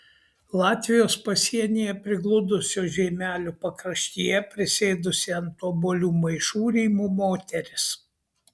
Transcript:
latvijos pasienyje prigludusio žeimelio pakraštyje prisėdusi ant obuolių maišų rymo moteris